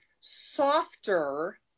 softer